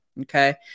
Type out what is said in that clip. Okay